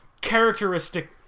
characteristic